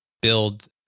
build